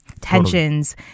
tensions